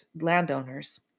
landowners